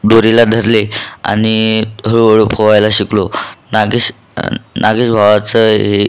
दोरीला धरले आणि हळूहळू पोहायला शिकलो नागेश नागेश भावाचं हे